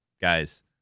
guys